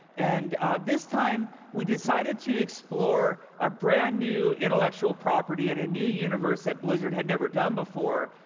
and this time we decided to explore a brand-new intellectual property in a new universe that blizzard had never done before.